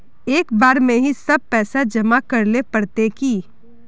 एक बार में ही सब पैसा जमा करले पड़ते की?